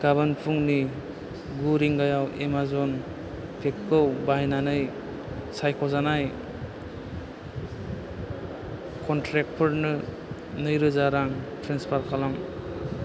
गाबोन फुंनि गु रिंगायाव एमाजन पेखौ बाहायनानै सायख' जानाय कनट्रेक्टफोरनो नै रोजा रां ट्रेन्सफार खालाम